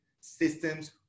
systems